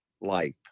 life